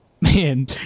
man